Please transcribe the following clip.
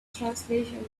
translation